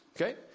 Okay